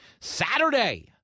Saturday